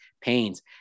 pains